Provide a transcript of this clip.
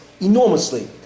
enormously